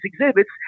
exhibits